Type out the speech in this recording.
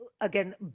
again